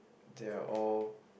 they are all